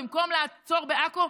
במקום לעצור בעכו,